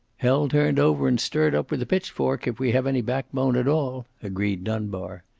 hell turned over and stirred up with a pitch-fork, if we have any backbone at all, agreed dunbar.